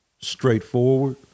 straightforward